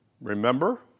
Remember